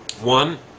One